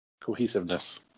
cohesiveness